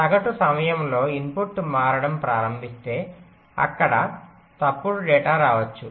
సగటు సమయంలో ఇన్పుట్ మారడం ప్రారంభిస్తే అక్కడ తప్పు డేటా రావచ్చు